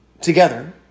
together